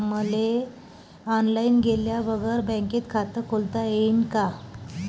मले ऑनलाईन गेल्या बगर बँकेत खात खोलता येईन का?